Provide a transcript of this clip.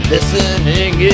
Listening